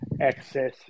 access